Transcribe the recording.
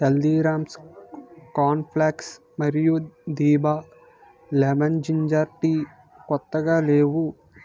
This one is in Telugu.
హల్దీరామ్స్ కార్న్ ఫ్లేక్స్ మరియు దిభా లెమన్ జింజర్ టీ కొత్తగా లేవు